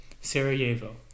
Sarajevo